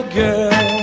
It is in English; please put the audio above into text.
girl